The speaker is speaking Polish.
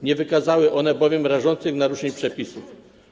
Nie wykazały one bowiem rażących naruszeń przepisów.